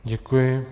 Děkuji.